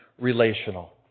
relational